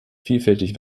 vielfältig